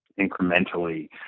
incrementally